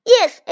Yes